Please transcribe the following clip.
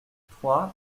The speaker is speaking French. trois